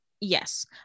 Yes